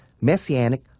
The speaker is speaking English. messianic